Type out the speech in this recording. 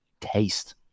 taste